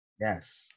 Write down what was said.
yes